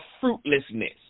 fruitlessness